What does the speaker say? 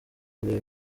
kureba